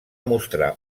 mostrar